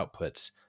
outputs